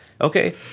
okay